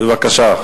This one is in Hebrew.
בבקשה.